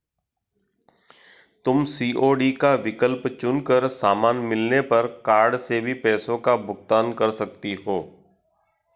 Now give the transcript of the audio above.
तुम सी.ओ.डी का विकल्प चुन कर सामान मिलने पर कार्ड से भी पैसों का भुगतान कर सकती हो